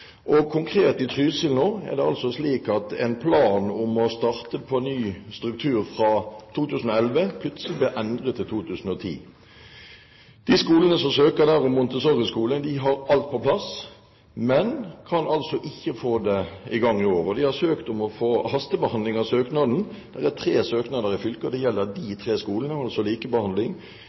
Konkret, i Trysil er det nå altså slik at en plan om å starte på ny struktur fra 2011 plutselig ble endret til 2010. De skolene som der søker om Montessori-skole, har alt på plass, men kan altså ikke få det i gang i år. Og de har søkt om å få hastebehandling av søknaden. Det er tre søknader i fylket, og det gjelder de tre skolene – altså likebehandling.